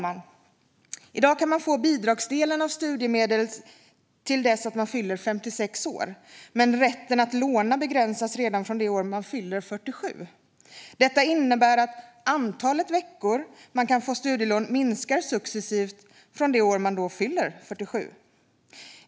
Man kan få bidragsdelen av studiemedlet tills man fyller 56 år, men rätten att låna begränsas redan från det år man fyller 47. Det innebär att det antal veckor man kan få studielån minskar successivt från det år man fyller 47.